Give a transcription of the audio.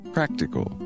Practical